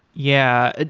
yeah, ah